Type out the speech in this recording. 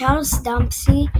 צ'ארלס דאמפסי,